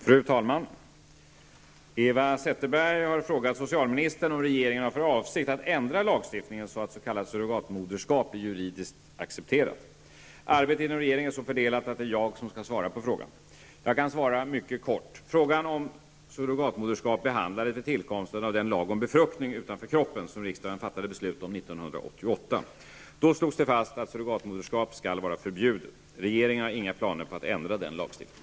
Fru talman! Eva Zetterberg har frågat socialministern om regeringen har för avsikt att ändra lagstiftningen så att s.k. surrogatmödraskap blir juridiskt accepterat. Arbetet inom regeringen är så fördelat att det är jag som skall svara på frågan. Jag kan svara mycket kort. Frågan om surrogatmödraskap behandlades vid tillkomsten av den lag om befruktning utanför kroppen som riksdagen fattade beslut om 1988. Då slogs det fast att surrogatmödraskap skall vara förbjudet. Regeringen har inga planer på att ändra den lagstiftningen.